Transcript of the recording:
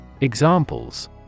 Examples